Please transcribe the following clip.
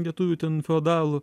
lietuvių ten feodalų